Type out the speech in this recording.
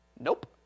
Nope